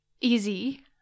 easy